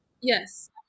Yes